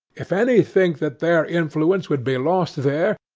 if any think that their influence would be lost there,